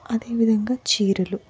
అదే విధంగా చీరలు